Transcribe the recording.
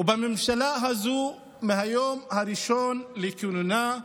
הממשלה הזו, מהיום הראשון לכהונה,